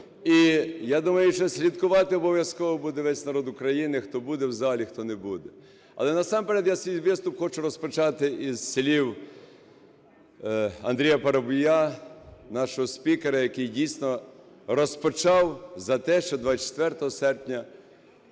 І я думаю, що слідкувати обов’язково буде весь народ України хто буде в залі, хто не буде. Але насамперед я свій виступ хочу розпочати із слів Андрія Парубія, нашого спікера, який дійсно розпочав за те, що 24 серпня